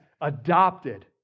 adopted